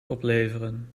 opleveren